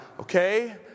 okay